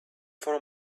for